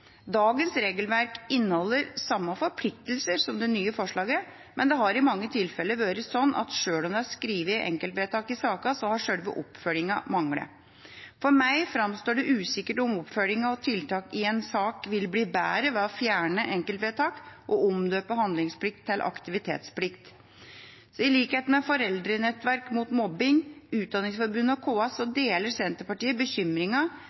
Dagens regelverk inneholder samme forpliktelse som det nye forslaget, men det har i mange tilfeller vært slik at selv om det er skrevet enkeltvedtak i sakene, har selve oppfølgingen manglet. For meg framstår det usikkert om oppfølging og tiltak i en sak vil bli bedre ved å fjerne enkeltvedtak og omdøpe handlingsplikt til aktivitetsplikt. I likhet med Foreldrenettverk mot mobbing, Utdanningsforbundet og KS